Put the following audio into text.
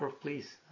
please